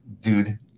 dude